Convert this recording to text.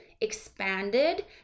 expanded